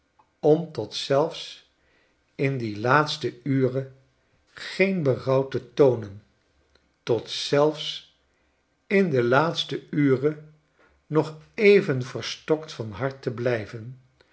om tot zelfs in die laatste ure geen berouw te toonen tot zelfs in die laatste ure nog even verstokt van hart te bly